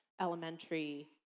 elementary